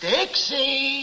Dixie